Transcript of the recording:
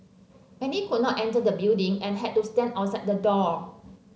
many could not enter the building and had to stand outside the door